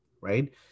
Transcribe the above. right